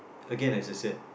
again as I said